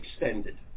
extended